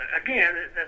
again